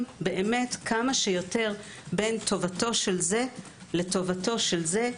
כמה שיותר בין טובתו של זה לטובתו של זה.